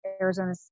arizona